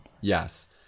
yes